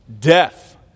death